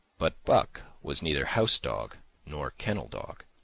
but buck was neither house-dog nor kennel-dog.